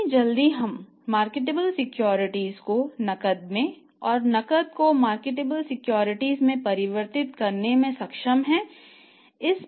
कितनी जल्दी हम मार्केटेबल सिक्योरिटीज रखने का कोई मतलब नहीं है